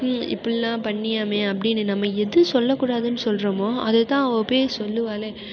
இப்படிலாம் பண்ணியாமே அப்படின்னு நம்ம எது சொல்லக்கூடாதுனு சொல்கிறோமோ அதைதான் அவள் போய் சொல்லுவாளே